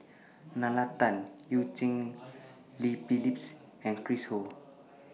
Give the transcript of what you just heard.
Nalla Tan EU Cheng Li Phyllis and Chris Ho